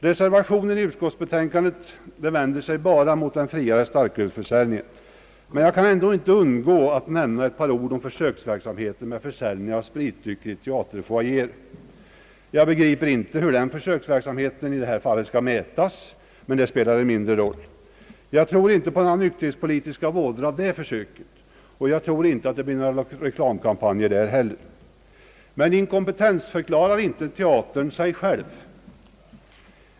Reservationen i utskottsbetänkandet vänder sig bara mot den friare starkölsförsäljningen, men jag kan ändå inte undgå att nämna ett par ord om försöksverksamheten med försäljning av spritdrycker i teaterfoajéer. Jag begriper inte hur försöksverksamheten i detta fall skall mätas, men det spelar mindre roll. Jag tror inte på några nykterhetspolitiska vådor av detta försök, och jag tror inte det blir några stora reklamkampanjer. Men inkompetensförklarar inte teatern härmed sig själv?